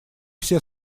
все